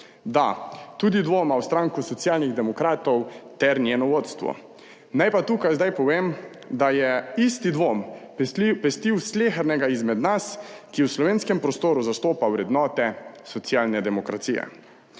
Da, tudi dvoma v stranko Socialnih demokratov ter njeno vodstvo. Naj pa tukaj zdaj povem, da je isti dvom pestil slehernega izmed nas, ki v slovenskem prostoru zastopa vrednote socialne demokracije.